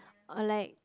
or like